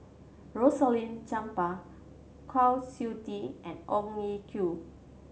Rosaline Chan Pang Kwa Siew Tee and Ong Ye Kung